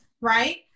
right